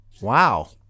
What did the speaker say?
Wow